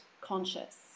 conscious